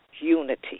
unity